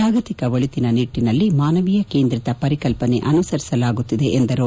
ಜಾಗತಿಕ ಒಳಿತಿನ ನಿಟ್ಟನಲ್ಲಿ ಮಾನವೀಯ ಕೇಂದ್ರಿತ ಪರಿಕಲ್ಪನೆ ಅನುಸರಿಸಲಾಗುತ್ತಿದೆ ಎಂದರು